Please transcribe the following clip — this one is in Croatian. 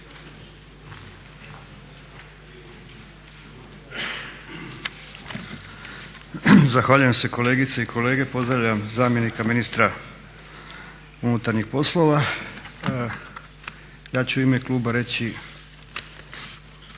Zahvaljujem se kolegice i kolege, pozdravljam zamjenika ministra unutarnjih poslova. Ja ću u ime kluba reći